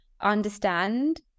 understand